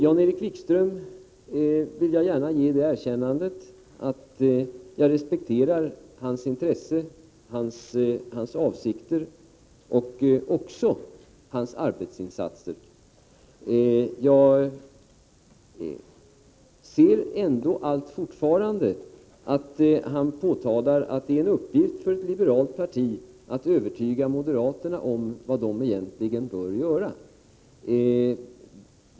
Jan-Erik Wikström vill jag gärna ge det erkännandet att jag respekterar hans intresse, hans avsikter och också hans arbetsinsatser. Men jag noterar ändå att han fortfarande hävdar att det är en uppgift för ett liberalt parti att övertyga moderaterna om vad de egentligen bör göra.